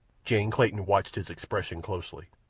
jane clayton watched his expression closely.